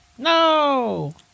No